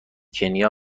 کنیا